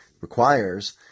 requires